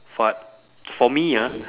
but for me ah